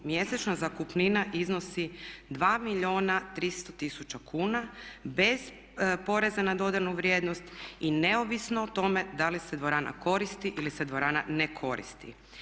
Mjesečna zakupnina iznosi 2 milijuna 300 tisuća kuna bez poreza na dodanu vrijednost i neovisno o tome da li se dvorana koristi ili se dvorana ne koristi.